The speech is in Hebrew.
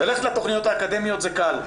ללכת לתכניות האקדמיות זה קל,